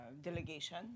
delegation